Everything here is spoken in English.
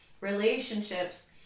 relationships